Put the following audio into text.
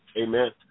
Amen